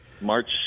March